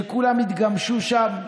שכולם יתגמשו שם,